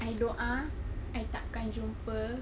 I doa I takkan jumpa